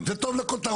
זה טוב לכותרות.